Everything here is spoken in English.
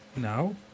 now